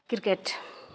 cricket